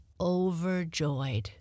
overjoyed